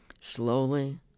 Slowly